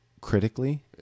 Critically